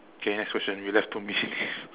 okay next question you have two minutes